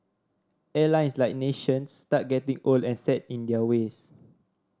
airlines like nations start getting old and set in their ways